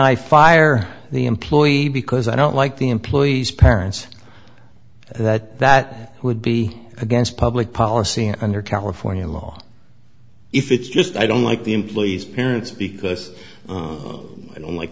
i fire the employee because i don't like the employee's parents that that would be against public policy under california law if it's just i don't like the employee's parents because i don't like